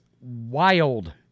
wild